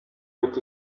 but